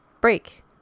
break